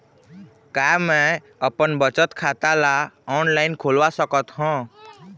का मैं अपन बचत खाता ला ऑनलाइन खोलवा सकत ह?